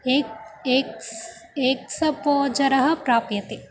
एक् एक्स् एक्सपोजरः प्राप्यते